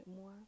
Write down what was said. more